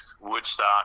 Woodstock